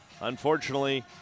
Unfortunately